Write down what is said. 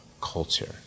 culture